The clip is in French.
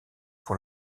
pour